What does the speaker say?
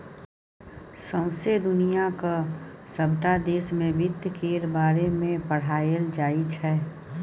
सौंसे दुनियाक सबटा देश मे बित्त केर बारे मे पढ़ाएल जाइ छै